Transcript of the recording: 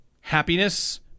happiness